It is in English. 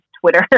Twitter